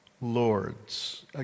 lords